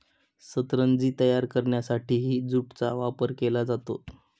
सतरंजी तयार करण्यासाठीही ज्यूटचा वापर केला जातो